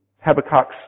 Habakkuk's